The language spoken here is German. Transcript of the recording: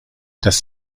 das